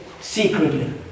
secretly